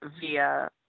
via